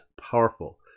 powerful